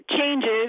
Changes